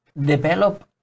develop